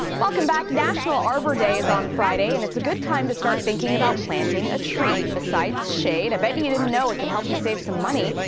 welcome back. national arbor day is on friday and it's a good time to start thinking about planting a tree. besides shade, i bet and you didn't know it could help you save some money.